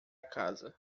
casa